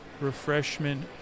refreshment